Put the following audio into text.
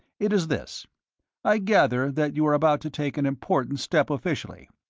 it is this i gather that you are about to take an important step officially.